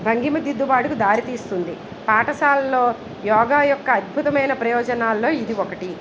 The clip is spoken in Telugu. భంగిమ దిద్దుపాటుకు దారితీస్తుంది పాఠశాలలో యోగా యొక్క అద్భుతమైన ప్రయోజనాల్లో ఇది ఒకటి